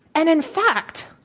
and in fact,